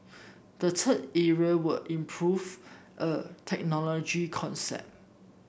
the third area were improve a technology concept